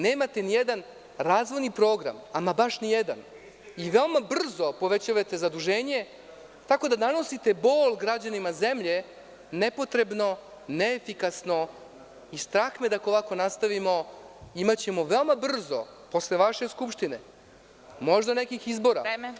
Nemate nijedan razvojni program, ama baš nijedan i veoma brzo povećavate zaduženje tako da nanosite bol građanima zemlje nepotrebno, neefikasno i strah me je da ako ovako nastavimo imaćemo veoma brzo posle vaše Skupštine možda nekih izbora.